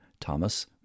Thomas